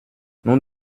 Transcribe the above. nous